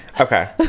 Okay